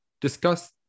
discuss